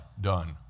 done